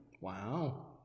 Wow